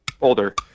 Older